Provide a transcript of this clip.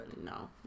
no